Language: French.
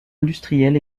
industriel